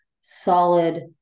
solid